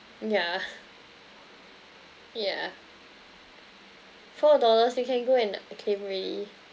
yeah yeah four dollars you can go and claim !oi!